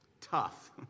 Tough